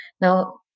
Now